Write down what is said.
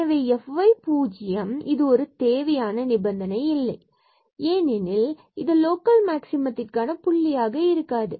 எனவே fy0 இது ஒரு தேவையான நிபந்தனை இல்லை எனில் இது லோக்கல் மேக்சிமத்திக்கான புள்ளியாக இருக்காது